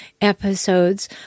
episodes